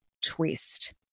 Twist